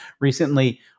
recently